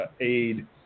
aid